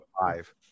five